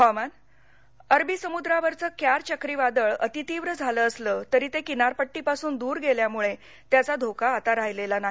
हवामान अरबी समुद्रावरचं क्यार चक्रीवादळ अतितीव्र झाल असल तरी ते किनार पट्टीपासून दूर गेल्यामुळे त्याचा धोका आता राहिलेला नाही